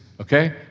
okay